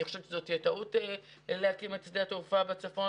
אני חושבת שזו תהיה טעות להקים את שדה התעופה בצפון,